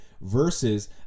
versus